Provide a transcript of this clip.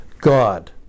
God